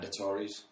mandatories